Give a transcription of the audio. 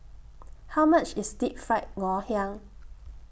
How much IS Deep Fried Ngoh Hiang